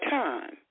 time